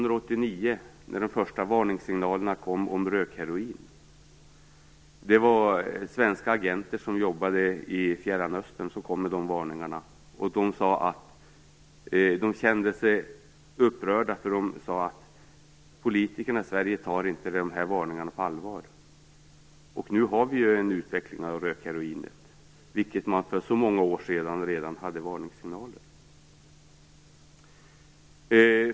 De första varningssignalerna om rökheroin kom 1989 från svenska agenter i Fjärran Östern. De kände sig upprörda, för de sade att politikerna i Sverige inte tar varningarna på allvar. Nu har vi en sådan utveckling av rökheroinet som vi för många år sedan fick varningssignaler om.